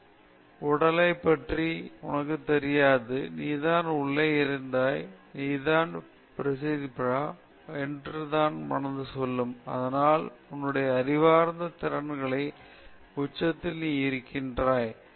உண்மையில் நீ உன் உடலைப் பற்றி உனக்குத் தெரியாது நீ தான் உள்ளே இருந்தாய் நீ தான் பிரசங்கிக்கிறாய் அது உன் மனதுதான் அதாவது உன்னுடைய அறிவார்ந்த திறன்களின் உச்சத்தில் நீ இருக்கிறாய்